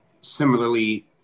similarly